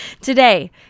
today